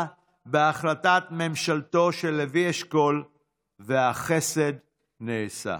בהחלטת ממשלתו של לוי אשכול והחסד נעשה.